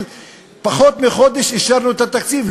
פחות מחודש מאז אישרנו את התקציב,